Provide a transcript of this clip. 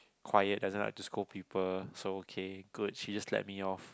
quiet doesn't like to scold people so okay good he just let me off